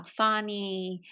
Alfani